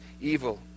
evil